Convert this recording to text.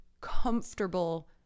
comfortable